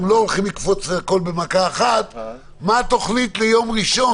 מה התכנית ליום ראשון?